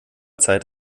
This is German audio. zeit